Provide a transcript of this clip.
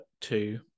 two